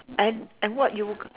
and and what you